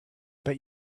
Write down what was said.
bet